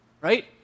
right